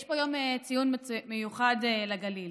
יש פה יום ציון מיוחד לגליל.